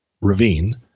ravine